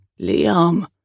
Liam